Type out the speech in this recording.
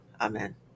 Amen